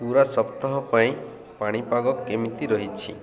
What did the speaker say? ପୁରା ସପ୍ତାହ ପାଇଁ ପାଣିପାଗ କେମିତି ରହିଛି